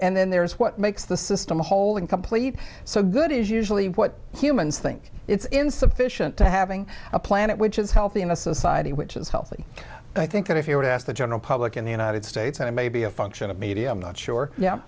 and then there's what makes the system whole and complete so good is usually what humans think it's insufficient to having a planet which is healthy in a society which is healthy i think that if you were to ask the general public in the united states and it may be a function of media i'm not sure